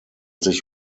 sich